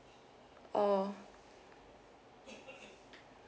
oh